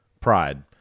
pride